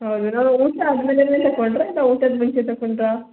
ಹಾಂ ಇರೋ ಊಟ ಆದ್ಮೇಲೆಯೆ ತಗೊಂಡ್ರಾ ಇಲ್ಲ ಊಟದ ಮುಂಚೆ ತಗೊಂಡ್ರಾ